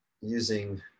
using